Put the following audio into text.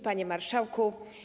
Panie Marszałku!